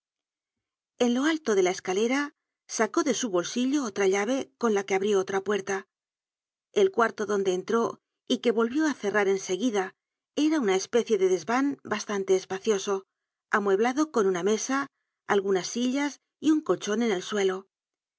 en lo alto de la escalera sacó de su bolsillo otra llave con la que abrió otra puerta el cuarto donde entró y que volvió á cerrar en seguida era una especie de desvan bastante espacioso amueblado con una mesa algunas sillas y un colchon en el suelo